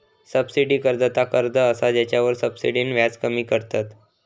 subsidy कर्ज ता कर्ज असा जेच्यावर सब्सिडीन व्याज कमी करतत